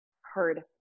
Heard